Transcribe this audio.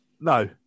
No